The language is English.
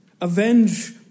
avenge